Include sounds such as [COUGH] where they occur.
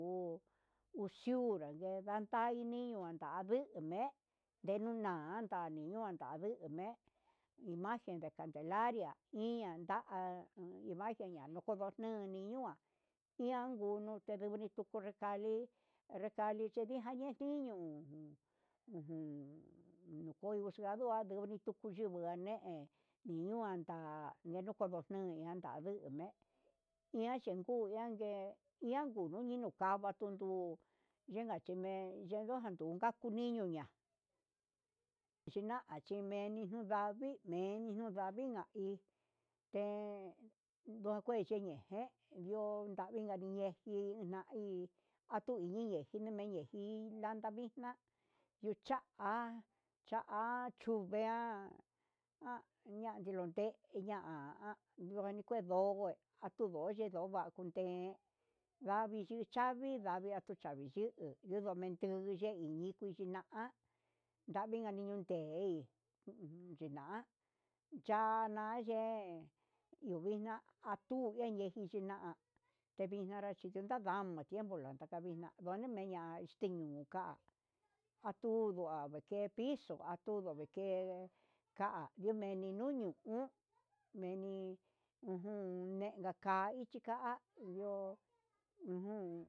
Nguu uxhunrangue ndandaini ni nandangui me'en enunanta ni nuan ndavii, ome'e imagen de candelaria iiñan nda imagen ña'a niñua ian ngunu tedidukunu kali nrekavi janiñuu uu ujun oduu xandua nikani tuu tuku yu nguu ne'e nikanda konondo yanda nuu, come'e ian chi nguu ian ve'e ian kuninu ka'a kavatu yenka chime'e yenga tu kachu niño ña'a, ya'a chimeniu nuu ndavii menun ndavii na hí te ndakuei cheni jé ndio ndavinka niñe hi i hatune yiye jina'a timejen jin landa hi na'a yucha'a cha'a ha chuve'a ha nani ndude nakachi ndo'o, atu ye'e dova'a te davii yuchavi, ndavii nuchavii yuu ndumendi yuu enyichi na'a yein yikuichi na'a ndavi nayiyon tei, ujuxhina'a yana yen iho ina atuu ichechi xhina tévinara yunda na'a matiempo lanka vixna'a bini vixna yite ñuu nuka atundua me'e ke piyu atuu nduveke ka'a ndimeni nuño uun meni ujun guenka ka ichi ka'a ndio nu. [HESITATION]